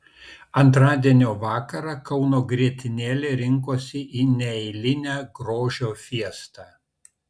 antradienio vakarą kauno grietinėlė rinkosi į neeilinę grožio fiestą